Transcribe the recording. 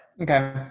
Okay